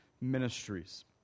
ministries